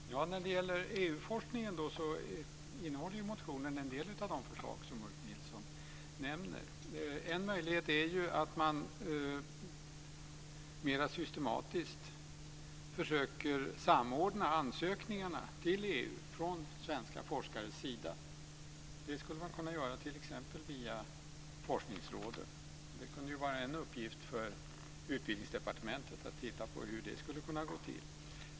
Herr talman! När det gäller EU-forskningen innehåller motionen en del av de förslag som Ulf Nilsson nämner. En möjlighet är att man mer systematiskt försöker samordna ansökningarna till EU från svenska forskares sida. Det skulle man kunna göra t.ex. via forskningsråden. Det kunde vara en uppgift för Utbildningsdepartementet att titta på hur det skulle kunna gå till.